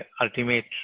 ultimate